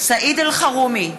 סעיד אלחרומי,